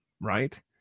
right